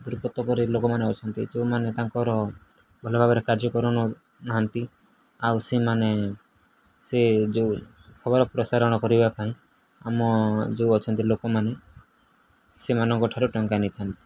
ପରି ଲୋକମାନେ ଅଛନ୍ତି ଯୋଉମାନେ ତାଙ୍କର ଭଲଭାବରେ କାର୍ଯ୍ୟକରଣ ନାହାନ୍ତି ଆଉ ସେମାନେ ସେ ଯୋଉ ଖବର ପ୍ରସାରଣ କରିବା ପାଇଁ ଆମ ଯୋଉ ଅଛନ୍ତି ଲୋକମାନେ ସେମାନଙ୍କ ଠାରୁ ଟଙ୍କା ନେଇଥାନ୍ତି